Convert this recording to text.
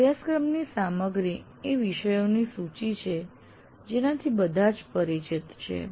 અભ્યાસક્રમની સામગ્રી એ વિષયોની સૂચિ છે જેનાથી બધા જ પરિચિત છે